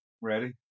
ready